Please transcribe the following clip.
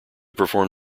perform